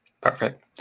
Perfect